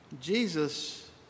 Jesus